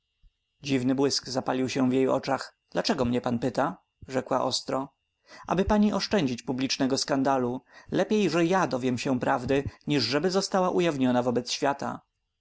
dziwny błysk zapalił się w jej oczach dlaczego mnie pan pyta rzekła ostro aby pani oszczędzić publicznego skandalu lepiej że ja dowiem się prawdy niż żeby została ujawniona wobec świata